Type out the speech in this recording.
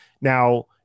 Now